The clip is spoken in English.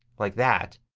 like that,